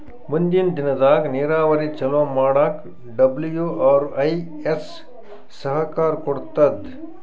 ಮುಂದಿನ್ ದಿನದಾಗ್ ನೀರಾವರಿ ಚೊಲೋ ಮಾಡಕ್ ಡಬ್ಲ್ಯೂ.ಆರ್.ಐ.ಎಸ್ ಸಹಕಾರ್ ಕೊಡ್ತದ್